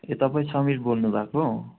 के तपाईँ समीर बोल्नु भएको